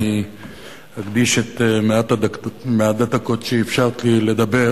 אני אקדיש את מעט הדקות שאפשרת לי לדבר